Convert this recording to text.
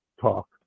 talk